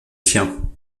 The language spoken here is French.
tien